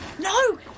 no